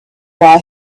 buy